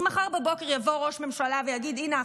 אז מחר בבוקר יבוא ראש ממשלה ויגיד: הינה,